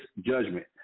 judgment